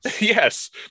Yes